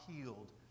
healed